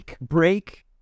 break